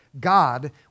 God